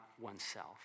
oneself